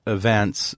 events